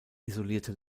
isolierte